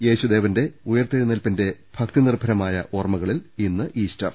യേശുദേവന്റെ ഉയിർത്തെഴുന്നേൽപ്പിന്റെ ഭക്തിനിർഭരമായ ഓർമ്മ കളിൽ ഇന്ന് ഈസ്റ്റർ